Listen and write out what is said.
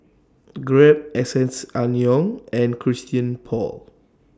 Grab S S Angyong and Christian Paul